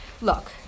look